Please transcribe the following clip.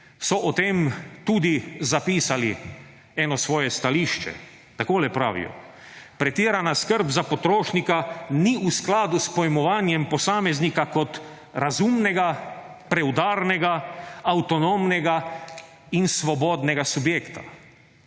so o tem tudi zapisali eno svoje stališče. Takole pravijo: »Pretirana skrb za potrošnika ni v skladu s pojmovanjem posameznika kot razumnega, preudarnega, avtonomnega in svobodnega subjekta;